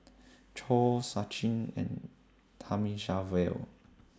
Choor Sachin and Thamizhavel